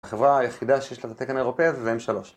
החברה היחידה שיש לזה תקן אירופאי זה M3